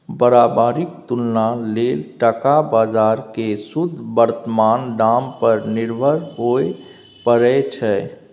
बराबरीक तुलना लेल टका बजार केँ शुद्ध बर्तमान दाम पर निर्भर हुअए परै छै